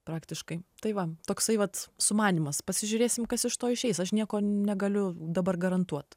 praktiškai tai va toksai vat sumanymas pasižiūrėsim kas iš to išeis aš nieko negaliu dabar garantuot